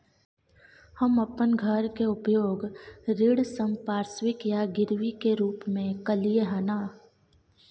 हम अपन घर के उपयोग ऋण संपार्श्विक या गिरवी के रूप में कलियै हन